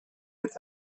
its